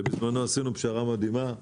שבזמנו עשינו פשרה מדהימה.